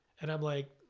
and i'm like,